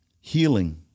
healing